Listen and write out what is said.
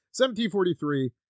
1743